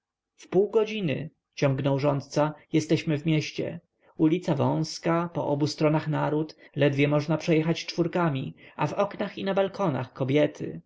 w sąsiedztwie wpół godziny ciągnął rządca jesteśmy w mieście ulica wąska po obu stronach naród ledwie można przejechać czwórkami a w oknach i na balkonach kobiety